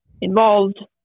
involved